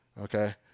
okay